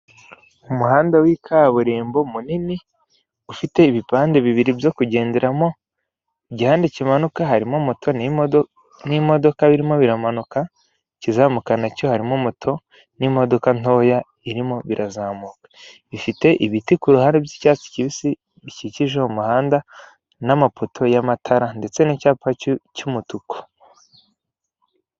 Umuhanda wa kaburimbo munini ufite ibipande bibi byo kugenderemo urimo imodoka na moto biri kumanuka, ikindi kizamuka kirimo moto n'imondoka noya bizamuka. Ufite ibiti kuruhande by'icyatsi kibisi bikikije uwo muhanda namapoto y'amatara, ndetse ni icyapa cy'umutuku.